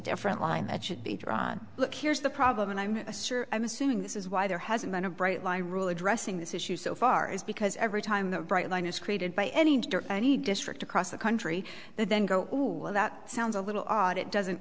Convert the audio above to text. different line that should be drawn look here's the problem and i'm sure i'm assuming this is why there hasn't been a bright line rule addressing this issue so far is because every time the bright line is created by any any district across the country that then go that sounds a little odd it doesn't